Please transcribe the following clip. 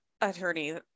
attorney